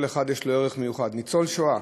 וכל אחד יש לו ערך מיוחד: ניצול שואה,